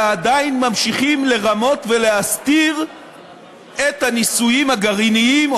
ועדיין ממשיכים לרמות ולהסתיר את הניסויים הגרעיניים,